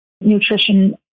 nutrition